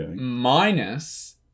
minus